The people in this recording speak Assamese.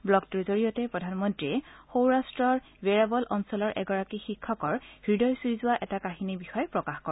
ব্লগটোৰ জৰিয়তে প্ৰধানমন্ত্ৰীয়ে সৌৰাট্টৰ ৱেৰাবল অঞ্চলৰ এগৰাকী শিক্ষকৰ হৃদয় চুই যোৱা এটা কাহিনীৰ বিষয়ে প্ৰকাশ কৰে